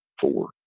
four